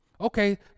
okay